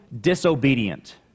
disobedient